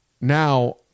Now